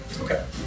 Okay